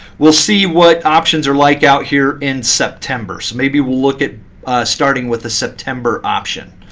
we'll see what options are like out here in september. so maybe we'll look at starting with the september option.